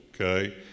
okay